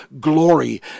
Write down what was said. glory